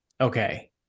Okay